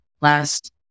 Last